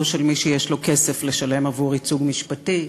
של מי שיש לו כסף לשלם עבור ייצוג משפטי,